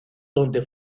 donde